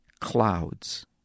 clouds